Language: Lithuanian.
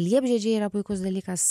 liepžiedžiai yra puikus dalykas